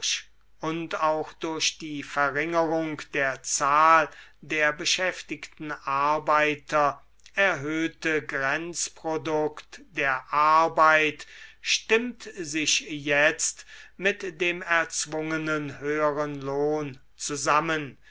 und auch durch die verringerung der zahl der beschäftigten arbeiter erhöhte grenzprodukt der arbeit stimmt sich jetzt mit dem erzwungenen höheren lohn zusammen